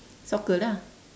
soccer lah